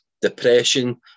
depression